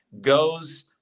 goes